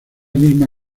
misma